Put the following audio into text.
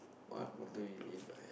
what motto you live by